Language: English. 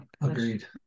agreed